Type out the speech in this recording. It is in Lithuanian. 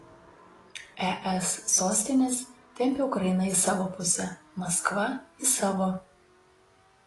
es sostinės tempia ukrainą į savo pusę maskva į savo